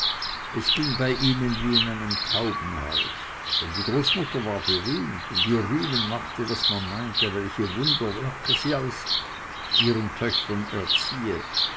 es ging bei ihnen wie in einem taubenhaus denn die großmutter war berühmt und ihr rühmen machte daß man meinte welche wunderwerke sie aus ihren töchtern erziehe